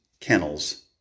kennels